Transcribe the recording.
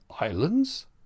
Islands